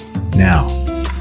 Now